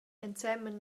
ensemen